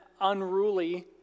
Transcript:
unruly